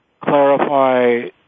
clarify